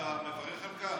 אתה מברך על כך?